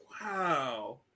wow